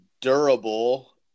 durable